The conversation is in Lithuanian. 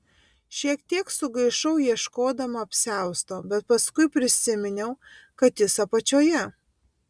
šiek tiek sugaišau ieškodama apsiausto bet paskui prisiminiau kad jis apačioje